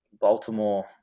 baltimore